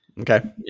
Okay